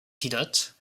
pilote